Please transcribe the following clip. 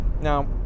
Now